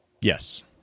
Yes